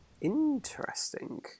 Interesting